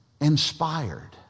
inspired